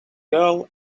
girl